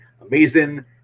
amazing